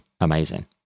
amazing